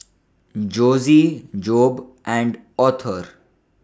Jossie Jobe and Author